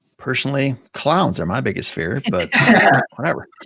personally, clowns are my biggest fear, but whatever.